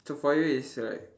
so for you it's like